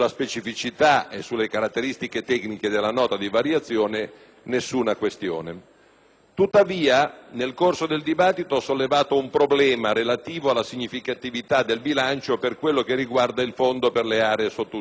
Tuttavia, nel corso del dibattito ho sollevato un problema relativo alla significatività del bilancio per quello che riguarda il Fondo per le aree sottoutilizzate. Adesso, richiamando brevemente quell'argomento, voglio aggiungere